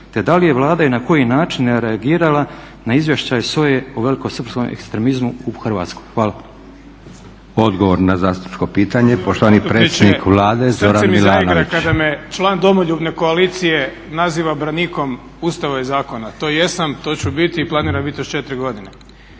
te da li je Vlada i na koji način reagirala na izvješća iz SOA-e o velikosrpskom ekstremizmu u Hrvatskoj? Hvala. **Leko, Josip (SDP)** Odgovor na zastupničko pitanje poštovani predsjednik Vlade Zoran Milanović. **Milanović, Zoran (SDP)** Poštovani zastupniče srce mi zaigra kada me član domoljubne koalicije naziva branikom Ustava i zakona. To jesam, to ću biti i planiram biti još 4 godine.